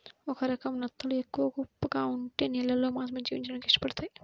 ఒక రకం నత్తలు ఎక్కువ ఉప్పగా ఉండే నీళ్ళల్లో మాత్రమే జీవించడానికి ఇష్టపడతయ్